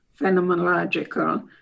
phenomenological